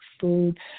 food